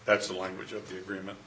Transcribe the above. that's the language of the agreement